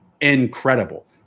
incredible